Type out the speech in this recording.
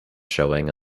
showing